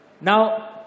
Now